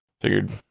figured